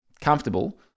comfortable